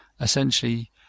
essentially